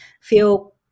feel